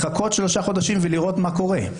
לחכות שלושה חודשים ולראות מה קורה,